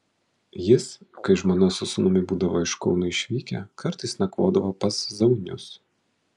jis kai žmona su sūnumi būdavo iš kauno išvykę kartais nakvodavo pas zaunius